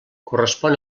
correspon